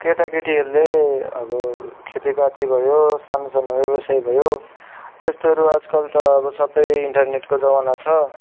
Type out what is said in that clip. केटा केटीहरले अबो खेतीपाती भयो सानो सानो व्यवसाय भयो त्यस्तोहरू आजकल त अब सबै इन्टरनेटको जमाना छ